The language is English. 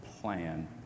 plan